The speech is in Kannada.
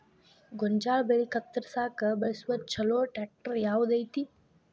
ಗೋಂಜಾಳ ಬೆಳೆ ಕತ್ರಸಾಕ್ ಬಳಸುವ ಛಲೋ ಟ್ರ್ಯಾಕ್ಟರ್ ಯಾವ್ದ್ ಐತಿ?